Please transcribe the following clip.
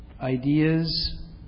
Ideas